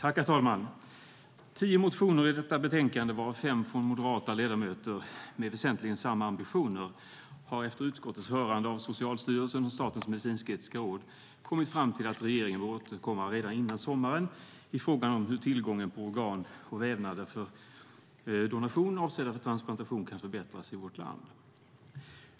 Herr talman! Tio motioner i detta betänkande, varav fem från moderata ledamöter, med väsentligen samma ambitioner har inneburit att utskottet efter hörande av Socialstyrelsen och Statens medicinsk-etiska råd kommit fram till att regeringen bör återkomma redan före sommaren i frågan om hur tillgången på organ och vävnader för donation avseende transplantation kan förbättras i vårt land.